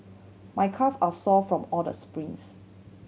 my calve are sore from all the sprints